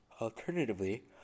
Alternatively